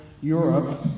Europe